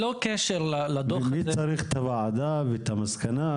ממי צריך את הוועדה ואת המסקנה?